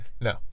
No